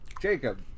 Jacob